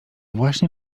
właśnie